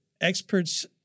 experts